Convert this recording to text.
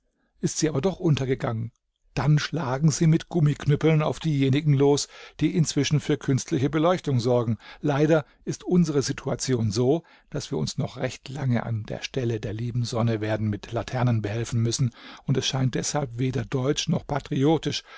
ist sie aber doch untergegangen dann schlagen sie mit gummiknüppeln auf diejenigen los die inzwischen für künstliche beleuchtung sorgen leider ist unsere situation so daß wir uns noch recht lange an stelle der lieben sonne werden mit laternen behelfen müssen und es scheint deshalb weder deutsch noch patriotisch